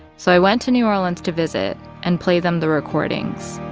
so i went to new orleans to visit and play them the recordings